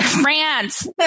France